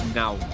now